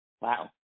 Wow